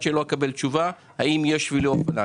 עד שאקבל תשובה האם יש שבילי אופניים.